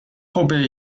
后被